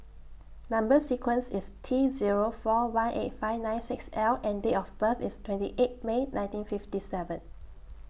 Number sequence IS T Zero four one eight five nine six L and Date of birth IS twenty eight May nineteen fifty seven